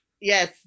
Yes